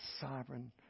sovereign